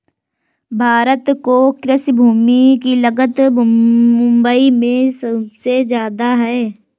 भारत में कृषि भूमि की लागत मुबई में सुबसे जादा है